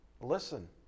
listen